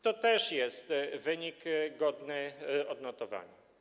To też jest wynik godny odnotowania.